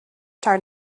tart